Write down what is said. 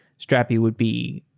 strapi would be,